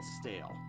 stale